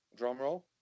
drumroll